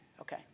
Okay